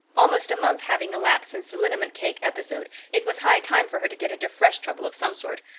almost a month having elapsed since the liniment cake episode, it was high time for her to get into fresh trouble of some sort,